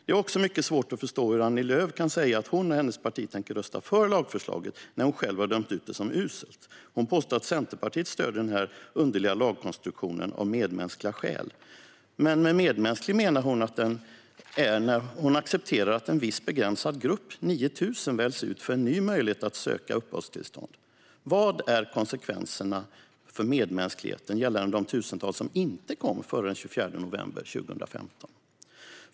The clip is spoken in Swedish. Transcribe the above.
Det är också mycket svårt att förstå hur Annie Lööf kan säga att hon och hennes parti tänker rösta för lagförslaget när hon själv har dömt ut det som uselt. Hon påstår att Centerpartiet stöder den här underliga lagkonstruktionen av medmänskliga skäl. Men med medmänsklig menar hon att den är när hon accepterar att en viss begränsad grupp, 9 000, väljs ut för en ny möjlighet att söka uppehållstillstånd. Vad är konsekvenserna för medmänskligheten gällande de tusentals som inte kom före den 24 november 2015?